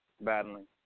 battling